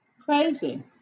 Crazy